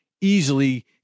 easily